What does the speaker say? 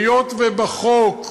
היות שבחוק,